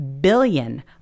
billion